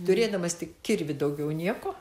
turėdamas tik kirvį daugiau nieko